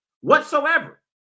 whatsoever